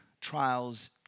trials